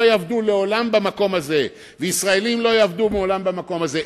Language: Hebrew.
יעבדו לעולם במקום הזה וישראלים לא יעבדו לעולם במקום הזה.